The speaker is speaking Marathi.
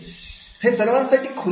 ते सर्वांसाठी खुले असते